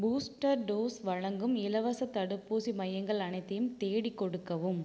booster dose வழங்கும் இலவசத் தடுப்பூசி மையங்கள் அனைத்தையும் தேடிக் கொடுக்கவும்